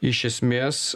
iš esmės